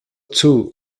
too